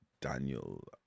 Daniel